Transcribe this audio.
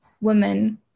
women